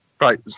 Right